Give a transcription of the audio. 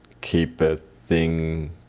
keep a thing,